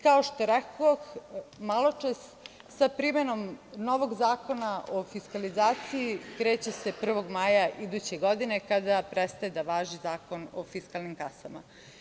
Kao što rekoh maločas, sa primenom novog Zakona o fislalizaciji kreće se 1. maja iduće godine kada prestaje da važi Zakon o fiskalnim kasama.